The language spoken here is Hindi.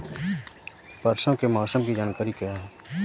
परसों के मौसम की जानकारी क्या है?